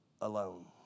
alone